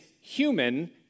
human